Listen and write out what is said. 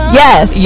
yes